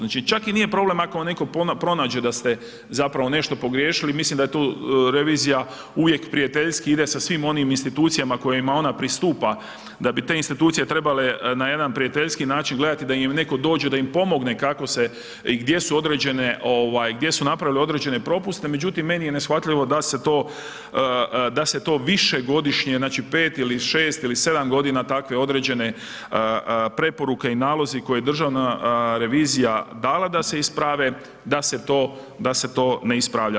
Znači čak i nije problem ako neko pronađe da ste zapravo nešto pogriješili milim da je tu revizija uvijek prijateljskim ide sa svim onim institucijama kojima ona pristupa da bi te institucije trebale na jedan prijateljski način gledati da im netko dođe, da im pomogne kako se i gdje su određene ovaj gdje su napravile određene propuste, međutim meni je neshvatljivo da se to, da se to više godišnje znači 5 ili 6 ili 7 godina takve određene preporuke i nalozi koji državna revizija dala da se isprave, da se to, da se to ne ispravlja.